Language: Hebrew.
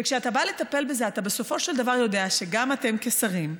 וכשאתה בא לטפל בזה אתה בסופו של דבר יודע שגם אתם כשרים,